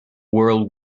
world